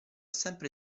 sempre